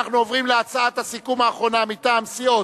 אנחנו עוברים להצעת הסיכום האחרונה מטעם הסיעות: